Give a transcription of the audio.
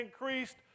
increased